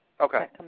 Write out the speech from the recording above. Okay